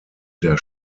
der